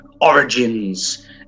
Origins